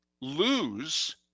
lose